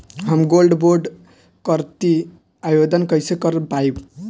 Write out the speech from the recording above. हम gold bond करतिं आवेदन कइसे कर पाइब?